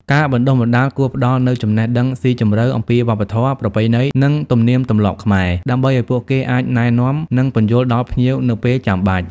ការបណ្តុះបណ្តាលគួរផ្តល់នូវចំណេះដឹងស៊ីជម្រៅអំពីវប្បធម៌ ប្រពៃណី និងទំនៀមទម្លាប់ខ្មែរ ដើម្បីឱ្យពួកគេអាចណែនាំ និងពន្យល់ដល់ភ្ញៀវនៅពេលចាំបាច់។